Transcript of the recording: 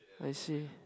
I see